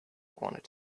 wanted